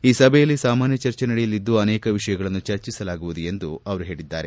ಈ ಸಭೆಯಲ್ಲಿ ಸಾಮಾನ್ವ ಚರ್ಚೆ ನಡೆಯಲಿದ್ದು ಅನೇಕ ವಿಷಯಗಳನ್ನು ಚರ್ಚಿಸಲಾಗುವುದು ಎಂದು ಅವರು ಹೇಳಿದ್ದಾರೆ